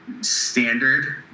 standard